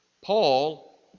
Paul